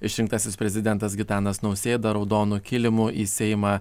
išrinktasis prezidentas gitanas nausėda raudonu kilimu į seimą